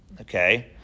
okay